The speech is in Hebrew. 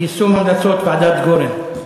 יישום המלצות ועדת גורן.